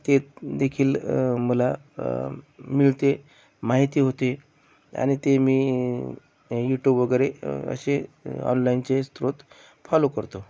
ते देखील मला मिळते माहिती होते आणि ते मी युट्युब वगैरे असे ऑनलाईनचे स्रोत फॉलो करतो